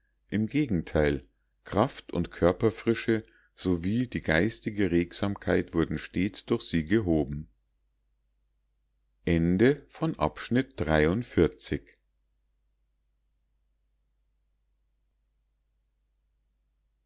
im gegenteil kraft und körperfrische sowie die geistige regsamkeit wurden stets durch sie gehoben